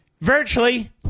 virtually